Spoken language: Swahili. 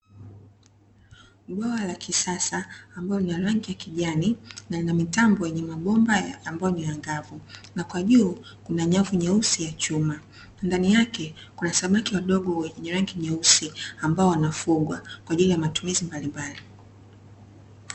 Bwawa la kisasa ambalo lina rangi ya kijani na lina mitambo yenye mabomba ambayo ni angavu, na kwa juu kuna nyavu nyeusi ya chuma. Ndani yake kuna samaki wadogo wenye rangi nyeusi, ambao wanafugwa kwa ajili ya matumizi mbalimbali.